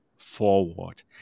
forward